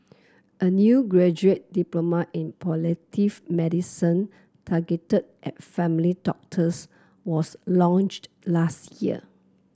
a new graduate diploma in palliative medicine targeted at family doctors was launched last year